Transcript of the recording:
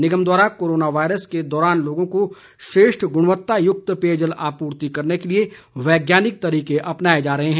निगम द्वारा corona virus के दौरान लोगों को श्रेष्ठ गुणवत्ता युक्त पेयजल आपूर्ति करने के लिए यैज्ञानिक तरीके अपनाए जा रहे हैं